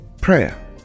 Prayer